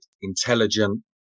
intelligent